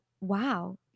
wow